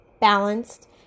balanced